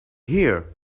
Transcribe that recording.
here